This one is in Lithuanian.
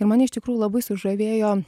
ir mane iš tikrųjų labai sužavėjo